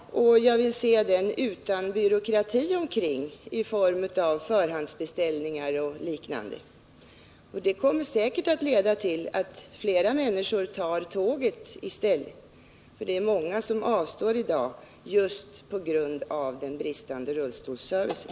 Jag hoppas också att det kan ske utan byråkrati i form av förhandsbeställningar och liknande. Det kommer säkert att leda till att fler människor tar tåget i stället. Det är många som avstår i dag just på grund av den bristande rullstolsservicen.